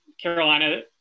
Carolina